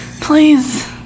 please